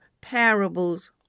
parables